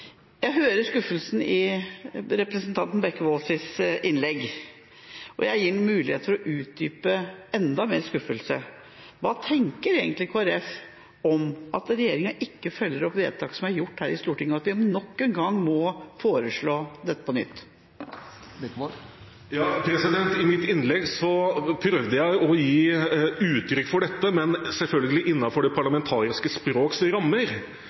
Jeg hører skuffelsen i representanten Bekkevolds innlegg, og jeg gir ham muligheten til å utdype enda mer skuffelse. Hva tenker egentlig Kristelig Folkeparti om at regjeringa ikke følger opp vedtak som er gjort her i Stortinget, og at vi nok en gang må foreslå dette? I mitt innlegg prøvde jeg å gi uttrykk for dette, men selvfølgelig innenfor det parlamentariske språks rammer,